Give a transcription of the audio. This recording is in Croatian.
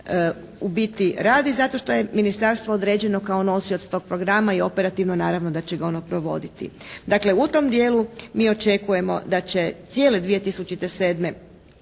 u biti radi, zato što je ministarstvo određeno kao nosioc tog programa i operativno naravno da će ga ono provoditi. Dakle, u tom dijelu mi očekujemo da će cijele 2007.